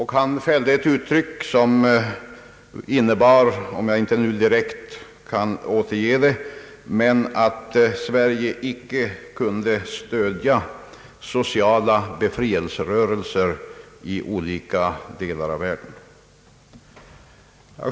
Han fällde ett yttrande som innebar — jag kan inte återge det direkt — att Sverige icke kunde stödja sociala befrielserörelser i olika delar av världen.